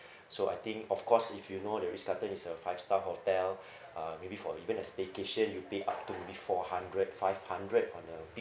so I think of course if you know the Ritz Carlton is a five star hotel uh maybe for even a staycation you pay up to before hundred five hundred on a